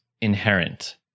inherent